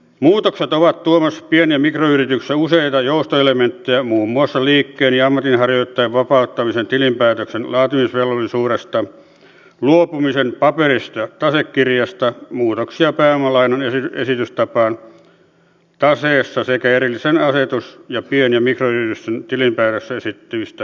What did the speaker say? muutokset ovat tuomassa pien ja mikroyrityksissä useita joustoelementtejä muun muassa liikkeen ja ammatinharjoittajan vapauttamisen tilinpäätöksen laatimisvelvollisuudesta luopumisen paperisesta tasekirjasta muutoksia pääomalainan esitystapaan taseessa sekä erillisen asetuksen pien ja mikroyritysten tilinpäätöksessä esitettävistä tiedoista